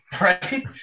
right